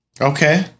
Okay